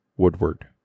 Woodward